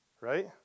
right